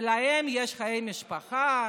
ולהם יש חיי משפחה,